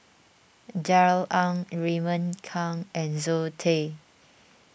Darrell Ang Raymond Kang and Zoe Tay